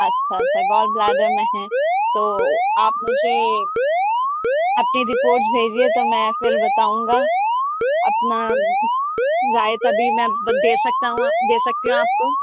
اچھا اچھا گالبلیڈر میں ہے تو آپ مجھے اپنی رپوٹس بھیجیے تو میں پھر بتاؤں گا اپنا رائے تبھی میں دے سکتا ہوں دے سکتی ہوں آپ کو